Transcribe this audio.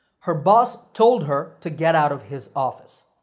her boss told her to get out of his office.